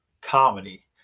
comedy